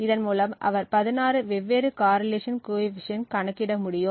இதன் மூலம் அவர் 16 வெவ்வேறு காரிலேஷன் கோஎபிசியன்ட் கணக்கிட முடியும்